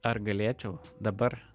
ar galėčiau dabar